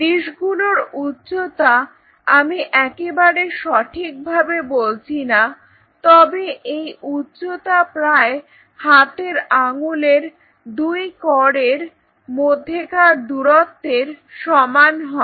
ডিশগুলির উচ্চতা আমি একেবারে সঠিক ভাবে বলছি না তবে এই উচ্চতা প্রায় হাতের আঙুলের দুই করের মধ্যেকার দূরত্বের সমান হয়